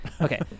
Okay